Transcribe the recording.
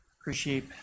appreciate